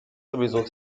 sowieso